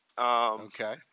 Okay